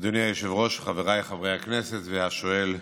אדוני היושב-ראש, חבריי חברי הכנסת והשואל,